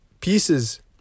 pieces